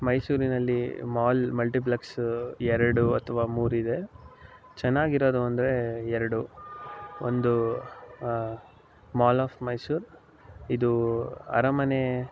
ಮೈಸೂರಿನಲ್ಲಿ mall multiplex ಎರಡು ಅಥ್ವಾ ಮೂರಿದೆ ಚೆನ್ನಾಗಿರೊದು ಅಂದರೆ ಎರಡು ಒಂದು ಮಾಲ್ ಆಫ್ ಮೈಸೂರು ಇದು ಅರಮನೆ